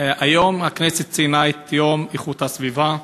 היום הכנסת ציינה את יום הסביבה.